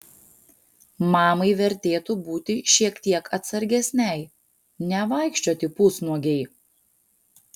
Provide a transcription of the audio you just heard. mamai vertėtų būti šiek tiek atsargesnei nevaikščioti pusnuogei